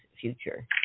future